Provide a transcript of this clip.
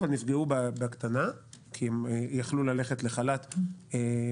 אבל נפגעו בקטנה כי הם יכלו ללכת לחל"ת ולקבל.